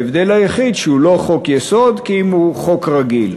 ההבדל היחיד שהוא לא חוק-יסוד כי אם חוק רגיל.